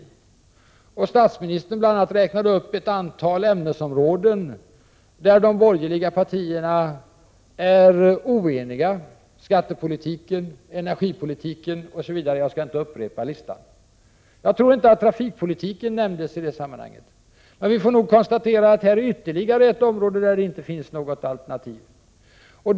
Bl.a. statsministern räknade upp ett antal ämnesområden där de borgerliga partierna är oeniga: skattepolitiken, energipolitiken osv. Jag tror inte att trafikpolitiken nämndes i sammanhanget. Men vi får nog konstatera att det här är ytterligare ett område där det inte finns något borgerligt alternativ.